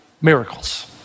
miracles